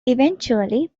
eventually